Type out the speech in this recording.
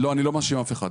לא, אני לא מאשים אף אחד.